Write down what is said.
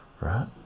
right